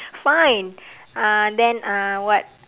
fine uh then uh what